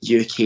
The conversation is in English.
UK